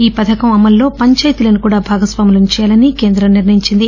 ఆ పథకం అమల్లో పంచాయితీలను కూడా భాగస్సాములను చేయాలని కేంద్రం నిర్ణయించింది